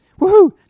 Woohoo